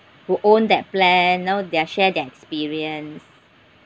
who own that plan you know they share their experience